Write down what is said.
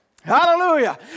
Hallelujah